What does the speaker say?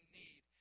need